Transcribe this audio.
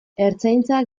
ertzaintza